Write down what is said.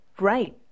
Right